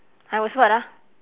I was what ah